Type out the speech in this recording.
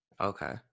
okay